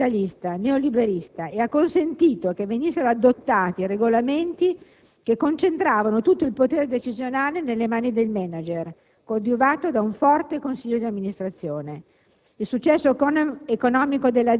L'impianto morattiano è di stampo aziendalista, neoliberista, e ha consentito che venissero adottati regolamenti che concentravano tutto il potere decisionale nelle mani del *manager*, coadiuvato da un forte consiglio di amministrazione.